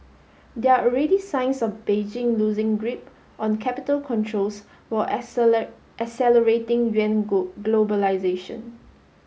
there are already signs of Beijing loosing grip on capital controls while accelerating yuan globalisation